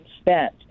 spent